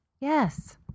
Yes